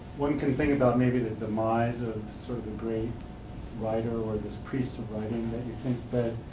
one can think about maybe the demise of certain great writer or this priest you think